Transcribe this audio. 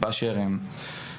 באשר הם.